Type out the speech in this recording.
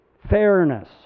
fairness